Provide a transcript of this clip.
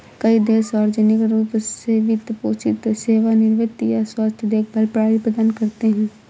कई देश सार्वजनिक रूप से वित्त पोषित सेवानिवृत्ति या स्वास्थ्य देखभाल प्रणाली प्रदान करते है